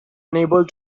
unable